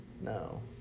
no